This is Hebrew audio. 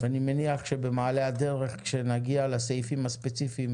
ואני מניח שבמעלה הדרך עת נגיע לסעיפים הספציפיים